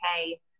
okay